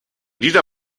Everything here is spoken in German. dieser